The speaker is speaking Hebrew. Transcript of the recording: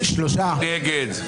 מי נגד?